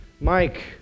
Mike